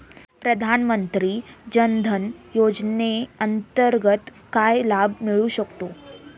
प्रधानमंत्री जनधन योजनेअंतर्गत काय लाभ मिळू शकतात?